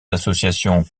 associations